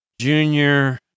Junior